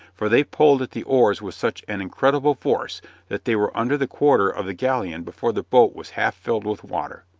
for they pulled at the oars with such an incredible force that they were under the quarter of the galleon before the boat was half filled with water.